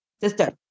sister